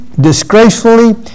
disgracefully